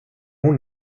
hon